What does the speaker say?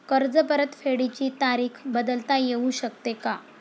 कर्ज परतफेडीची तारीख बदलता येऊ शकते का?